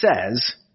says